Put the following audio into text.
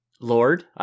lord